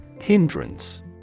Hindrance